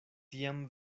tiam